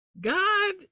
God